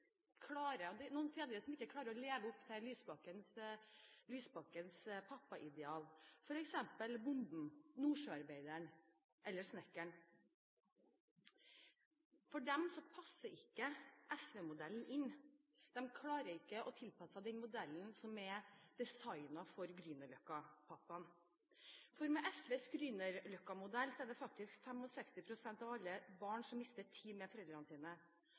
klarer å leve opp til Lysbakkens pappaideal, f.eks. bonden, nordsjøarbeideren eller snekkeren. For dem passer ikke SV-modellen inn, de klarer ikke å tilpasse seg den modellen som er designet for Grünerløkka-pappaen. Med SVs Grünerløkka-modell er det faktisk 65 pst. av alle barn som mister tid med foreldrene sine.